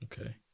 Okay